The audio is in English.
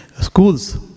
schools